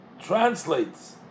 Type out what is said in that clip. translates